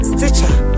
Stitcher